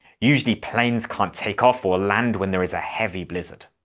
usually planes can't take off or land when there is a heavy blizzard.